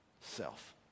self